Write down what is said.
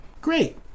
Great